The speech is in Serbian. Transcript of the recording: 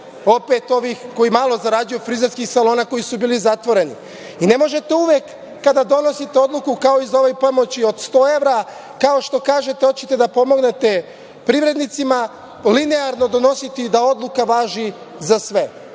opet ovih koji malo zarađuju, primer frizerskih salona, koji su bili zatvoreni. Ne možete uvek kada donosite odluku, kao i za ovu pomoć od 100 evra, kao što kažete hoćete da pomognete privrednicima, linearno donositi da odluka važi za sve.